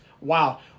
Wow